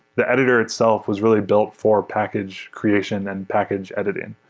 the editor itself was really built for package creation than package editing.